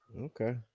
okay